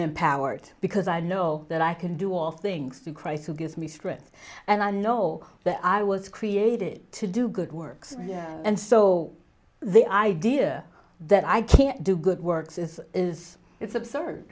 empowered because i know that i can do all things through christ who gives me strength and i know that i was created to do good works and so the idea that i can do good works is is it's absurd